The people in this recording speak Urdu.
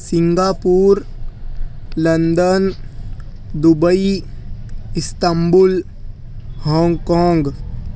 Singapore London Dubai Istanbul Hong Kong